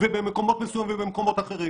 ובמקומות מסוימים ובמקומות אחרים.